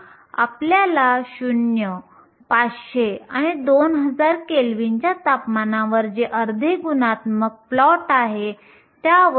जर आपण तसे केले तर n p हे Nc Nvexp⁡kT असेल मी या दोघांना मिळून गुणाकार केले आहे Ec Ev